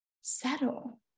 settle